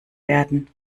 werden